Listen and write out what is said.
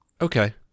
Okay